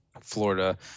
Florida